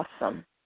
awesome